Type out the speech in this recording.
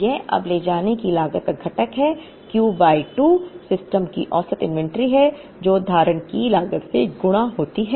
यह अब ले जाने की लागत का घटक है क्यू बाय 2 सिस्टम की औसत इन्वेंट्री है जो धारण की लागत से गुणा होती है